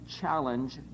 challenge